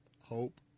hope